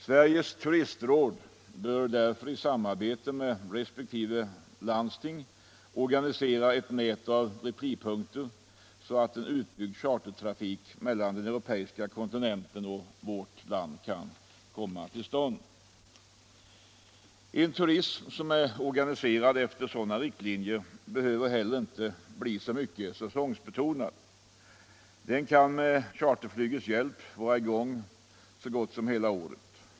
Sveriges turistråd bör därför i samarbete med resp. landsting organisera ett nät av replipunkter, så att en utbyggd chartertrafik mellan den europeiska kontinenten och vårt land kan komma till stånd. En turism som är organiserad efter sådana riktlinjer behöver heller inte bli alltför säsongsbetonad. Den kan med charterflygets hjälp vara i gång under så gott som hela året.